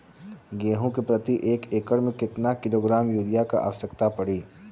गेहूँ के प्रति एक एकड़ में कितना किलोग्राम युरिया क आवश्यकता पड़ी?